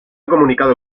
comunicado